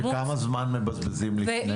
וכמה זמן מבזבזים לפני?